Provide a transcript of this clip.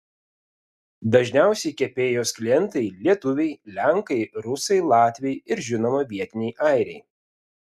dažniausi kepėjos klientai lietuviai lenkai rusai latviai ir žinoma vietiniai airiai